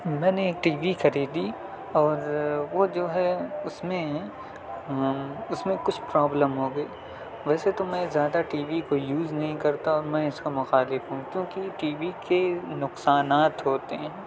میں نے ایک ٹی وی خریدی اور وہ جو ہے اس میں اس میں کچھ پرابلم ہوگئی ویسے تو میں زیادہ ٹی وی کو یوز نہیں کرتا میں اس کا مخالف ہوں کیونکہ ٹی وی کے نقصانات ہوتے ہیں